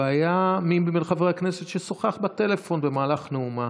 והיה מי מבין חברי הכנסת ששוחח בטלפון במהלך נאומה,